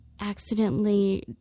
accidentally